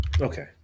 Okay